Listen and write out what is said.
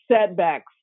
setbacks